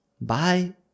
Bye